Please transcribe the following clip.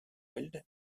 wild